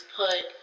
put